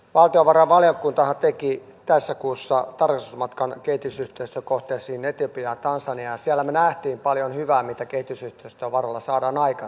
valtiovarainvaliokuntahan teki tässä kuussa tarkastusmatkan kehitysyhteistyökohteisiin etiopiaan ja tansaniaan ja siellä me näimme paljon hyvää mitä kehitysyhteistyövaroilla saadaan aikaiseksi